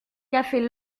café